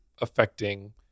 affecting